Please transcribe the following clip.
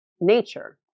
nature